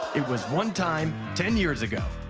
it was one time, ten years ago.